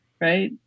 right